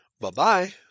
Bye-bye